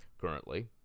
Currently